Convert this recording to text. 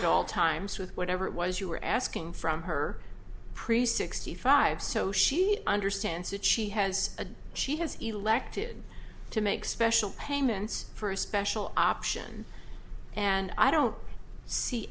at all times with whatever it was you were asking from her priest sixty five so she understands that she has a she has elected to make special payments for a special option and i don't see